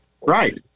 Right